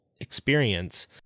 experience